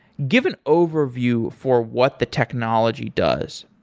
give an overview for what the technology does?